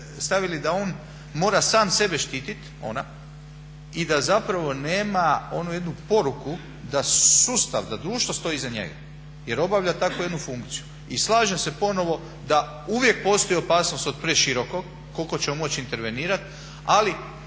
stavili da on mora sam sebe štitit, ona, i da zapravo nema onu jednu poruku da sustav, da društvo stoji iza njega jer obavlja takvu jednu funkciju. I slažem se ponovo da uvijek postoji opasnost od preširokog, koliko ćemo moći intervenirat, ali